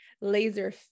laser